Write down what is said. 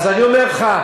אז אני אומר לך,